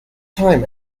time